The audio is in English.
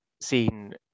seen